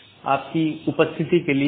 इसके साथ ही आज अपनी चर्चा समाप्त करते हैं